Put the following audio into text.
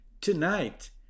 Tonight